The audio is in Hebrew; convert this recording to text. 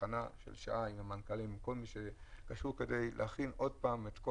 של שעה במשרד התחבורה כדי להכין עוד פעם את כל